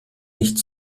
nicht